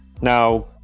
Now